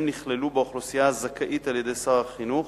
נכללו באוכלוסייה הזכאית על-ידי שר החינוך,